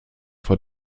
for